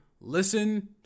Listen